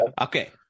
Okay